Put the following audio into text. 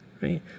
Right